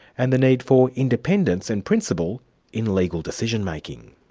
and the need for independence and principle in legal decision-making.